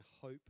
hope